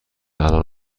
الان